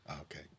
Okay